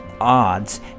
odds